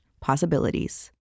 possibilities